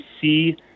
see